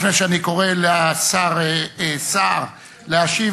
לפני שאני קורא לשר סער להשיב,